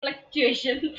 fluctuations